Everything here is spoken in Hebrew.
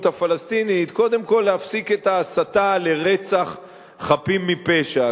הפלסטינית קודם כול להפסיק את ההסתה לרצח חפים מפשע.